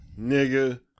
nigga